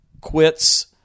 quits